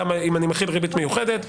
גם אם אני מחיל ריבית מיוחדת,